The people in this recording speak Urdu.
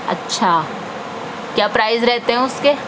اچھا کیا پرائز رہتے ہیں اس کے